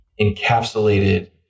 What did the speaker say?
encapsulated